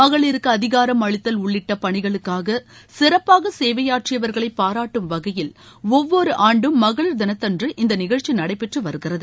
மகளிருக்கு அதிகாரம் அளித்தல் உள்ளிட்ட பணிகளுக்காக சிறப்பாக சேவையாற்றியவர்களை பாராட்டும் வகையில் ஒவ்வொரு ஆண்டும் மகளிர் தினத்தன்று இந்த நிகழ்ச்சி நடைபெற்று வருகிறது